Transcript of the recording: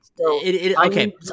okay